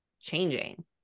changing